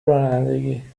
رانندگی